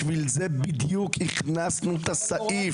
בשביל זה בדיוק הכנסנו את הסעיף,